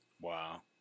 Wow